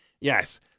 Yes